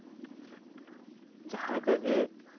ᱡᱟᱦᱟᱸᱞᱮᱠᱟ ᱜᱮ